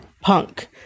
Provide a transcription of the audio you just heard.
punk